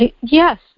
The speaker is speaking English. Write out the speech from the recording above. yes